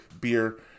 beer